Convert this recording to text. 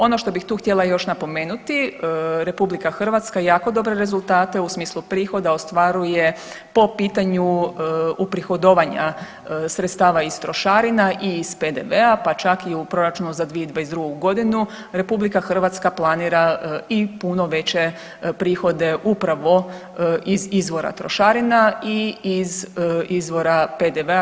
Ono što bih tu htjela još napomenuti, RH jako dobre rezultate u smislu prihoda ostvaruje po pitanju uprihodovanja sredstava iz trošarina i iz PDV-a, pa čak i u proračunu za 2022. godinu RH planira i puno veće prihode upravo iz izvora trošarina i iz izvora PDV-a.